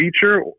feature